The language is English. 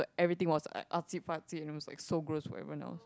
but everything was like artsy fartsy and I was so gross for everyone else